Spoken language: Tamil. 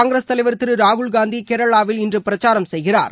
காங்கிரஸ் தலைவர் திரு ராகுல்காந்தி கேரளாவில் இன்று பிரச்சாரம் செய்கிறார்